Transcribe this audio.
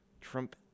Trump